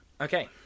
Okay